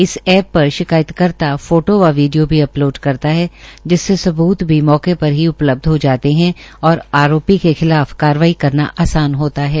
इस एप पर शिकायतकर्ता फोटो व वीडियो भी अपलोड करता है जिससे सबूत भी मौके पर ही उपलब्ध हो जाते हैं और आरोपी के खिलाफ कार्रवाई करना आसान होता है